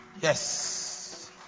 Yes